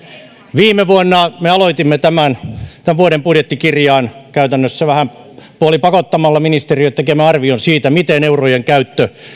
viime vuonna me aloitimme tämän tämän vuoden budjettikirjaan käytännössä vähän puolipakottamalla ministeriöt tekivät arvion siitä miten eurojen käyttö